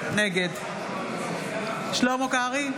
נגד שלמה קרעי,